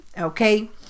okay